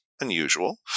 unusual